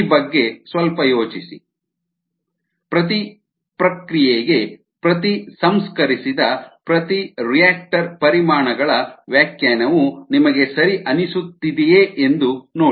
ಈ ಬಗ್ಗೆ ಸ್ವಲ್ಪ ಯೋಚಿಸಿ ಪ್ರತಿ ಪ್ರಕ್ರಿಯೆಗೆ ಪ್ರತಿ ಸಂಸ್ಕರಿಸಿದ ಪ್ರತಿ ರಿಯಾಕ್ಟರ್ ಪರಿಮಾಣಗಳ ವ್ಯಾಖ್ಯಾನವು ನಿಮಗೆ ಸರಿ ಅನಿಸುತ್ತಿದಿಯೇ ಎಂದು ನೋಡಿ